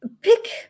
pick